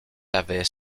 avait